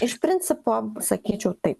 iš principo sakyčiau taip